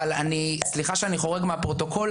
אבל אני סליחה שאני חורג מהפרוטוקול,